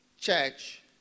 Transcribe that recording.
church